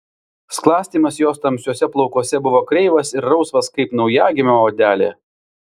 sklastymas jos tamsiuose plaukuose buvo kreivas ir rausvas kaip naujagimio odelė